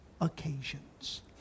occasions